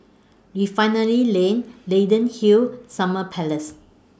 Refinery Lane Leyden Hill Summer Palace